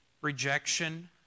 rejection